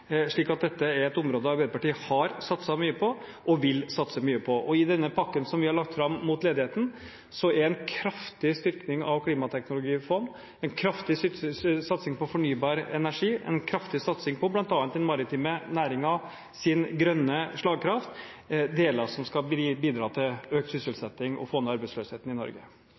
dette er et område Arbeiderpartiet har satset mye på, og vil satse mye på. I den pakken som vi har lagt fram mot ledigheten, er en kraftig styrking av klimateknologifond, en kraftig satsing på fornybar energi og en kraftig satsing på bl.a. den maritime næringens grønne slagkraft deler som skal bidra til økt